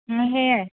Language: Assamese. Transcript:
সেইয়াই